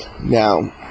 Now